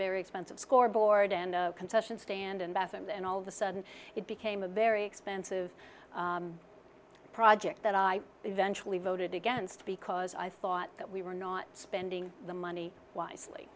very expensive scoreboard and concession stand and bathrooms and all the sudden it became a very expensive project that i eventually voted against because i thought that we were not spending the money wisely